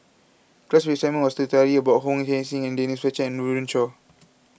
class assignment was to study about Wong Heck Sing and Denise Fletcher and Run Run Shaw